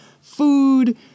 food